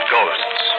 Ghosts